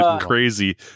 crazy